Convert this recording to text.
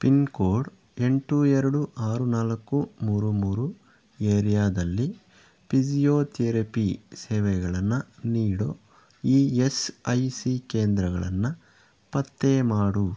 pin code ಎಂಟು ಎರಡು ಆರು ನಾಲ್ಕು ಮೂರು ಮೂರು ಏರಿಯಾದಲ್ಲಿ ಪಿಸಿಯೋ ತ್ಯೆರಪಿ ಸೇವೆಗಳನ್ನು ನೀಡೋ ಇ ಯೆಸ್ ಐ ಸಿ ಕೇಂದ್ರಗಳನ್ನು ಪತ್ತೆ ಮಾಡು